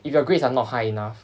if your grades are not high enough